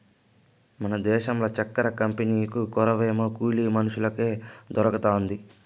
మన దేశంల చక్కెర కంపెనీకు కొరవేమో కూలి మనుషులకే కొరతుండాది